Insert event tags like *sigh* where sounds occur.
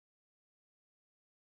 *unintelligible*